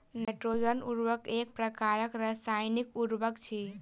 nitrogen उर्वरक एक प्रकारक रासायनिक उर्वरक अछि